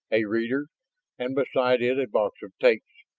a reader and beside it a box of tapes.